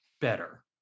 better